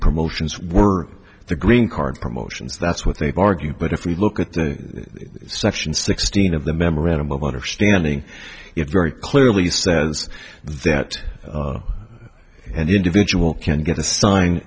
promotions were the green card promotions that's what they've argued but if you look at the section sixteen of the memorandum of understanding it very clearly says that an individual can get assigned